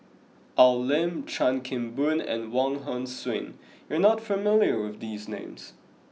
Al Lim Chan Kim Boon and Wong Hong Suen you are not familiar with these names